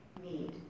need